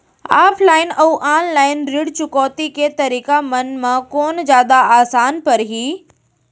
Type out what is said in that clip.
Offline अऊ online ऋण चुकौती के तरीका म कोन जादा आसान परही?